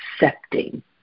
accepting